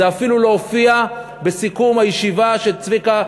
זה אפילו לא הופיע בסיכום הישיבה שצביקה,